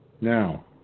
Now